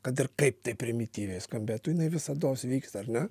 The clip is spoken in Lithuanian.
kad ir kaip primityviai skambėtų jinai visados vyksta ar ne